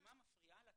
המצלמה מפריעה למנגנון,